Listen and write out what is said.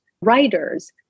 writers